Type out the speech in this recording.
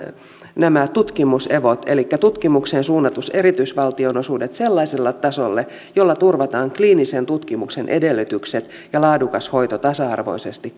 nämä tutkimus evot elikkä tutkimukseen suunnatut erityisvaltionosuudet sellaiselle tasolle jolla turvataan kliinisen tutkimuksen edellytykset ja laadukas hoito tasa arvoisesti